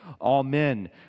Amen